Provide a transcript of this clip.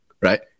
right